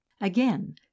Again